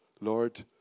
Lord